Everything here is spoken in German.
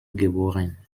geboren